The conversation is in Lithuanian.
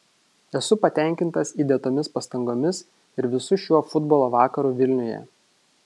esu patenkintas įdėtomis pastangomis ir visu šiuo futbolo vakaru vilniuje